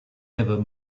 ever